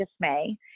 dismay